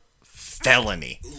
felony